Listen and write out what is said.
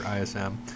ISM